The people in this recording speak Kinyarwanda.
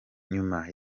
nyuma